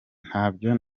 ntabyo